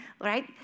right